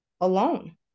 alone